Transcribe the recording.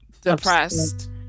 depressed